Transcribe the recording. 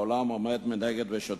העולם עומד מנגד ושותק.